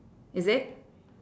is it